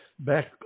Back